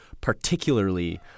particularly